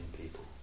people